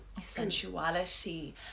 sensuality